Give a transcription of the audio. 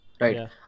Right